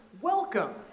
welcome